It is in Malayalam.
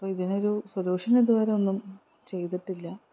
അപ്പോൾ ഇതിനൊരു സൊല്യൂഷൻ ഇതുവരെ ഒന്നും ചെയ്തിട്ടില്ല